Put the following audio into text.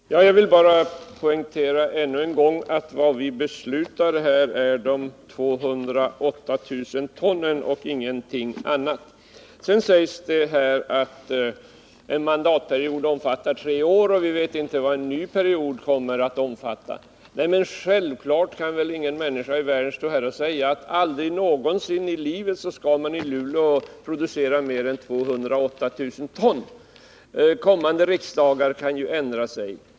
Herr talman! Jag vill bara än en gång poängtera att vad vi skall besluta om är de 208 000 tonnen och ingenting annat. Sedan sägs det här att en mandatperiod omfattar tre år och att vi inte vet vad en ny period kommer att omfatta. Självfallet kan väl ingen människa stå här och säga att man aldrig någonsin skall producera mera än 208 000 ton i Luleå. Kommande riksdagar kan ju ändra sig.